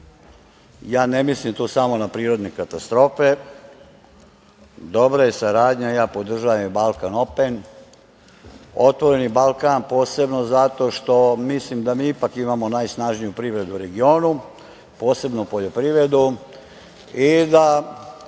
ne mislim tu samo na prirodne katastrofe. Dobra je saradnja i ja podržavam „Balkan open“ – „Otvoreni Balkan“, posebno zato što mislim da mi ipak imamo najsnažniju privredu u regionu, posebno poljoprivredu, i da